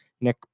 Nick